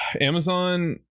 Amazon